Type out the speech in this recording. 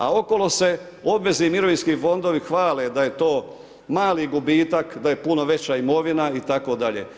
A okolo se obvezni mirovinski fondovi hvale da je to mali gubitak, da je puno veća imovina itd.